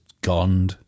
gone